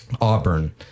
Auburn